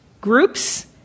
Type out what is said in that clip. groups